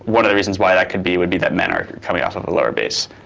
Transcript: one of the reasons why that could be would be that men are coming off of a lower base.